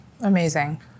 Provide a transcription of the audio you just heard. Amazing